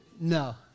No